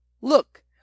look